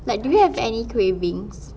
like do you have any cravings